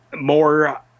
more